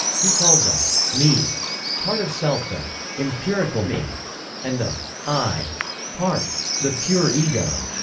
he called the me part of self the empirical me and the i part the pure ego.